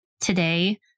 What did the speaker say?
today